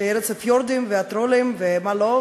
שהיא ארץ הפיורדים והטרולים ומה לא,